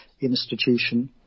institution